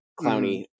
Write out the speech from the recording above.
clowny